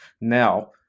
Now